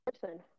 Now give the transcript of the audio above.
person